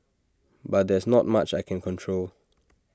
but there's not much I can control